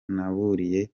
naburiye